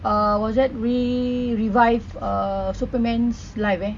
uh what was that re~ revive uh superman's life eh